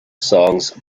songs